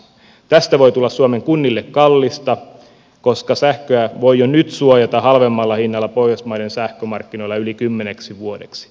tämä voi tulla suomen kunnille kalliiksi koska sähköä voi jo nyt suojata halvemmalla hinnalla pohjoismaiden sähkömarkkinoilla yli kymmeneksi vuodeksi